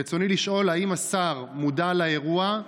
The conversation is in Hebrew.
רצוני לשאול: האם השר מודע לאירוע,